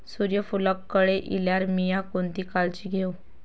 सूर्यफूलाक कळे इल्यार मीया कोणती काळजी घेव?